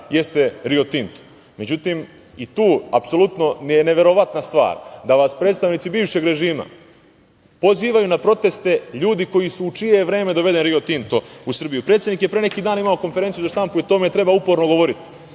jeste „Rio Tinto“. Međutim, tu je apsolutno neverovatna stvar da vas predstavnici bivšeg režima pozivaju na proteste ljudi u čije vreme je doveden „Rio Tinto“ u Srbiju. Predsednik je pre neki dan imao konferenciju za štampu i o tome treba uporno govoriti